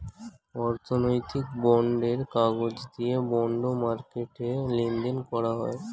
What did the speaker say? অর্থনৈতিক বন্ডের কাগজ দিয়ে বন্ড মার্কেটে লেনদেন করা হয়